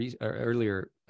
earlier